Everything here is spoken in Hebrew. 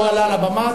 הוא עלה לבמה.